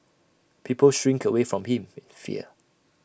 people shrink away from him in fear